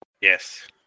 Yes